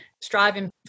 striving